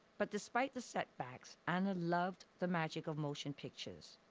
but despite the setbacks, anna loved the magic of motion pictures.